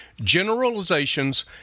Generalizations